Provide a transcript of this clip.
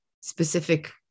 specific